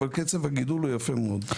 אבל קצב הגידול הוא יפה מאוד.